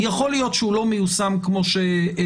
יכול להיות שהוא לא מיושם כמו שצריך,